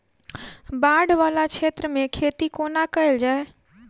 बाढ़ वला क्षेत्र मे खेती कोना कैल जाय?